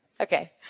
Okay